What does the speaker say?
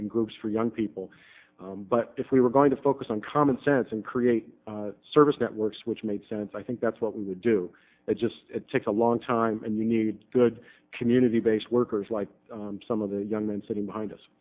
activities groups for young people but if we were going to focus on common sense and create service networks which made sense i think that's what we would do it just takes a long time and you need good community based workers like some of the young men sitting behind us